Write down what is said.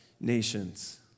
nations